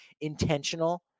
intentional